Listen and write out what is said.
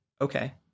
okay